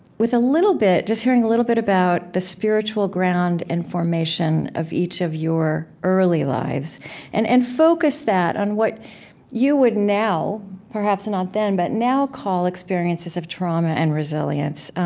with a little bit just hearing a little bit about the spiritual ground and formation of each of your early lives and and focus that on what you would now perhaps not then, but now call experiences of trauma and resilience